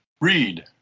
Read